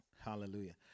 Hallelujah